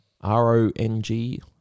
R-O-N-G